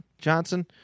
Johnson